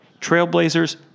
Trailblazers